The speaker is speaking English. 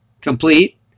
complete